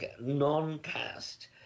non-caste